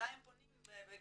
אליי הם פונים כי